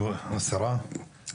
בבקשה, השרה.